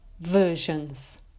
versions